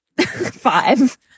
five